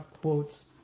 quotes